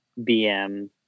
BM